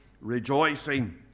rejoicing